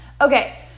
Okay